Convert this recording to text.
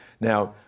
Now